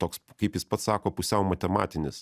toks kaip jis pats sako pusiau matematinis